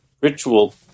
ritual